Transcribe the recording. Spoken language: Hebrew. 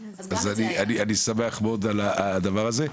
כן, אני שמח מאוד על הדבר הזה.